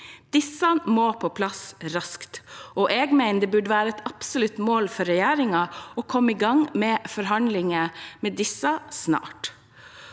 Disse må på plass raskt, og jeg mener det burde være et absolutt mål for regjeringen å komme i gang med forhandlinger om disse snart,